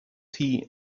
tea